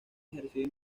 ejercido